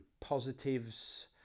Positives